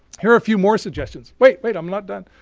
here are a few more suggestions. wait. wait. i'm not done.